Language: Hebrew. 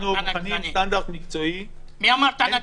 אנחנו מכנים סטנדרט מקצועי --- מי אמר טענה גזענית?